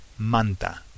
Manta